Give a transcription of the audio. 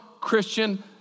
Christian